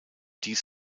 dies